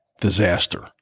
disaster